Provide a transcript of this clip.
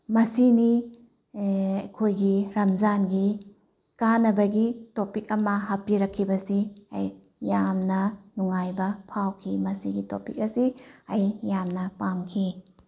ꯃꯁꯤꯅꯤ ꯑꯩꯈꯣꯏꯒꯤ ꯔꯥꯝꯖꯥꯟꯒꯤ ꯀꯥꯟꯅꯕꯒꯤ ꯇꯣꯄꯤꯛ ꯑꯃ ꯍꯥꯞꯄꯤꯔꯛꯈꯤꯕꯁꯤ ꯑꯩ ꯌꯥꯝꯅ ꯅꯨꯉꯥꯏꯕ ꯐꯥꯎꯈꯤ ꯃꯁꯤꯒꯤ ꯇꯣꯄꯤꯛ ꯑꯁꯤ ꯑꯩ ꯌꯥꯝꯅ ꯄꯥꯝꯈꯤ